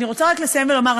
אני רוצה רק לסיים ולומר,